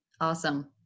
Awesome